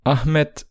Ahmed